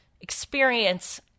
experience